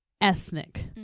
ethnic